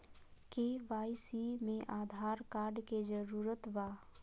KYC में Aadhaar card के जरूरत बा?